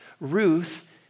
Ruth